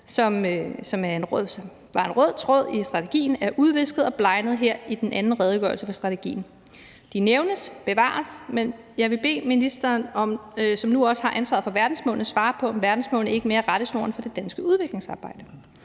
som var en rød tråd i strategien, er udvisket og blegnet her i den anden redegørelse for strategien. De nævnes, bevares, men jeg vil bede ministeren, som nu også har ansvaret for verdensmålene, om at svare på, om verdensmålene ikke mere er rettesnoren for det danske udviklingsarbejde,